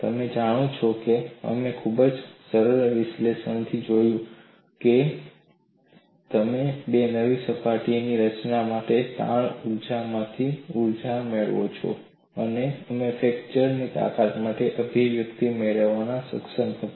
તમે જાણો છો અમે ખૂબ જ સરળ વિશ્લેષણથી જોયું છે કે તમે બે નવી સપાટીઓની રચના માટે તાણ ઊર્જામાંથી ઊર્જા મેળવો છો અને અમે ફ્રેક્ચર તાકાત માટે અભિવ્યક્તિ મેળવવા માટે સક્ષમ હતા